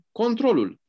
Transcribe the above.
controlul